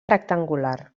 rectangular